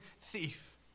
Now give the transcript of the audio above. thief